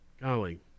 golly